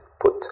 put